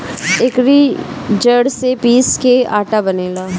एकरी जड़ के पीस के आटा बनेला